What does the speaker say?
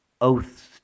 Oaths